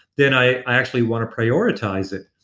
then i actually want to prioritize it.